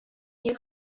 nie